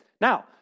Now